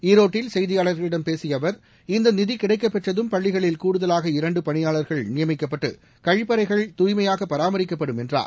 ஈரோட்டில் செய்தியாளர்களிடம் பேசிய அவர் இந்த நிதி கிடைக்கப்பெற்றதும் பள்ளிகளில் கூடுதலாக இரண்டு பணியாளர்கள் நியமிக்கப்பட்டு கழிப்பறைகள் தூய்மையாக பராமரிக்கப்படும் என்றார்